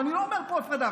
ואני לא אומר פה הפרדה,